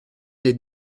des